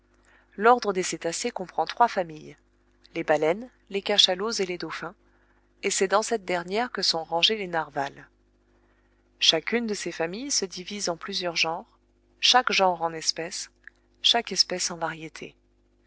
l'ordre des cétacés comprend trois familles les baleines les cachalots et les dauphins et c'est dans cette dernière que sont rangés les narwals chacune de ces famille se divise en plusieurs genres chaque genre en espèces chaque espèce en variétés